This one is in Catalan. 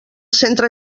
centre